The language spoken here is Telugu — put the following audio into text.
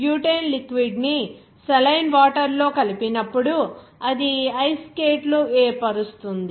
బ్యూటేన్ లిక్విడ్ ని సెలైన్ వాటర్ లో కలిపినప్పుడు అది ఐస్ స్కేట్లు ఏర్పరుస్తుంది